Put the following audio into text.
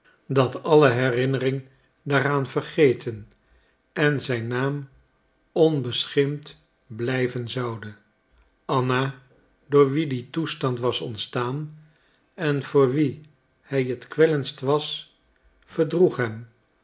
dat alle herinnering daaraan vergeten en zijn naam onbeschimpt blijven zoude anna door wie die toestand was ontstaan en voor wie hij het kwellendst was verdroeg